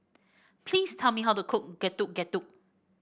please tell me how to cook Getuk Getuk